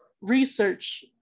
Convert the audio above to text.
research